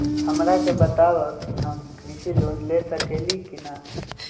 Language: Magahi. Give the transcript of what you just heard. हमरा के बताव कि हम कृषि लोन ले सकेली की न?